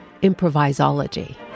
improvisology